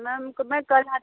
ma'am तो मैं कल आ रही